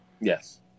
Yes